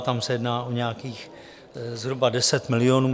Tam se jedná o nějakých zhruba 10 milionů.